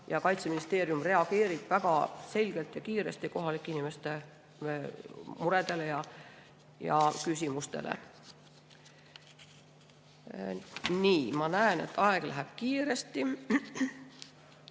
ja Kaitseministeerium on reageerinud väga selgelt ja kiiresti kohalike inimeste muredele ja küsimustele. Nii, ma näen, et aeg läheb kiiresti.